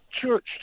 church